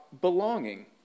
belonging